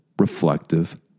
reflective